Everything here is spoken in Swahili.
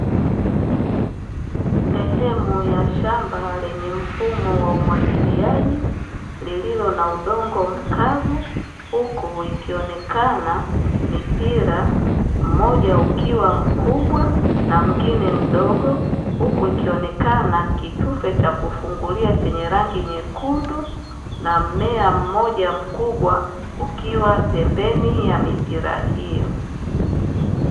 Sehemu ya shamba lenye mfumo wa umwagiliaji lililo na udongo mkavu, huku ikionekana mipira mmoja ukiwa mkubwa na mwingine mdogo; huku ikionekana kitufe cha kufungulia chenye rangi nyekundu na mmea mmoja mkubwa ukiwa pembeni ya mipira hiyo.